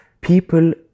People